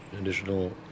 additional